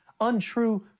untrue